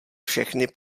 všechny